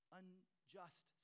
unjust